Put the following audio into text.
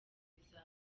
bizaba